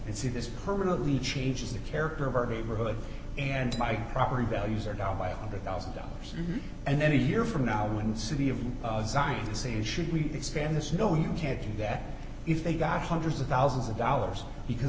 and see this permanently changes the character of our neighborhood and my property values are down by a one hundred thousand dollars and then a year from now when the city of zion say should we expand this no you can't do that if they got hundreds of thousands of dollars because